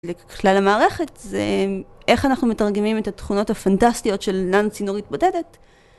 לכלל המערכת זה איך אנחנו מתרגמים את התכונות הפנטסטיות של ננסי נורית בודדת